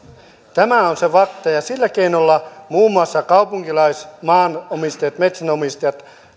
tämä on se fakta ja sillä keinolla muun muassa kaupunkilaismaanomistajat metsänomistajat